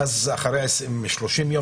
אבל אחרי 30 ימים